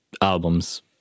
albums